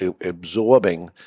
absorbing